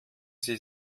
sie